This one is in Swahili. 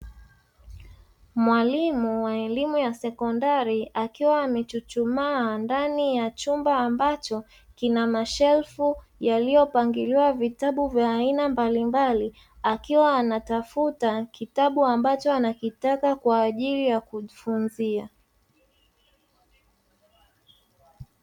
Mwalimu wa elimu ya sekondari akiwa amechuchumaa ndani ya chumba; ambacho kina mashelfu yaliyopangiliwa vitabu vya aina mbalimbali, akiwa anatafuta vitabu ambacho anakutaka kwa ajili ya kujifunzia.